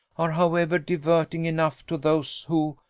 are, however, diverting enough to those who,